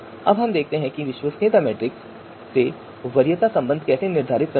अब हम देखते हैं की विश्वसनीयता मैट्रिक्स से वरेयता संबंध केसे निर्धारित करते हैं